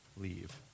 leave